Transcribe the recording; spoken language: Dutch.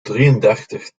drieëndertig